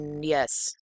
yes